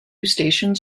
stations